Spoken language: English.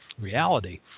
reality